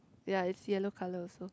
ya it's yellow colour also